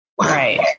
Right